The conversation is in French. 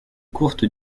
courte